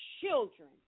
children